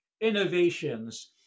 innovations